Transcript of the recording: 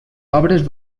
obres